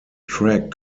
track